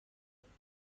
شماره